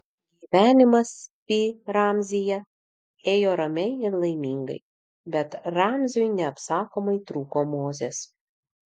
gyvenimas pi ramzyje ėjo ramiai ir laimingai bet ramziui neapsakomai trūko mozės